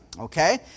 okay